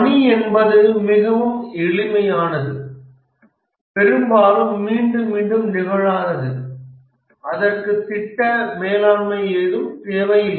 பணி என்பது மிகவும் எளிமையானது பெரும்பாலும் மீண்டும் மீண்டும் நிகழாதது அதற்கு திட்ட மேலாண்மை ஏதும் தேவையில்லை